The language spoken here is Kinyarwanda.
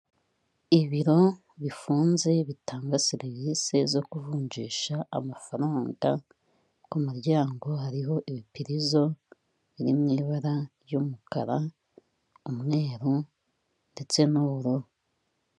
Ibiro bifunze bitanga serivisi zo kuvunjisha amafaranga ku muryango hariho ibipirizo biri mu ibara ry'umukara, umweru ndetse n'ubururu.